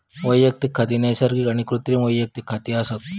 वैयक्तिक खाती नैसर्गिक आणि कृत्रिम वैयक्तिक खाती असत